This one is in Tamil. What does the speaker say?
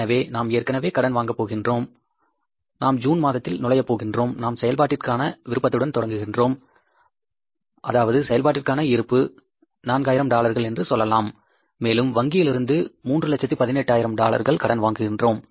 எனவே நாம் ஏற்கனவே கடன் வாங்கப் போகிறோம் நாம் ஜூன் மாதத்தில் நுழையப் போகிறோம் நாம் செயல்பாட்டிற்கான 4000 விருப்புடன் தொடங்குகிறோம் அதாவது செயல்பாட்டிற்கான இருப்பு 4000 டாலர்கள் என்று சொல்லலாம் மேலும் வங்கியிலிருந்து 318000 டாலர்கள் கடன் வாங்குவோம்